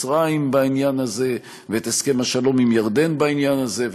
מצרים בעניין הזה ואת הסכם השלום עם ירדן בעניין הזה.